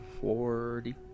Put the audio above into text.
Forty